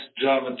German